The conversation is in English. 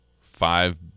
Five